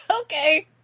okay